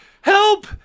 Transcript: Help